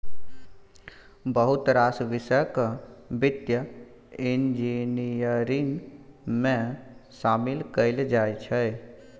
बहुत रास बिषय केँ बित्त इंजीनियरिंग मे शामिल कएल जाइ छै